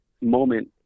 moment